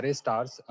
stars